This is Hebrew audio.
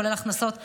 כולל הכנסות מאיו"ש,